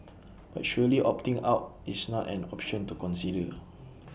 but surely opting out is not an option to consider